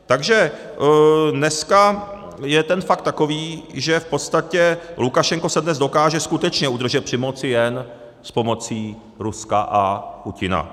Takže dneska je ten fakt takový, že v podstatě Lukašenko se dnes dokáže skutečně udržet při moci jen s pomocí Ruska a Putina.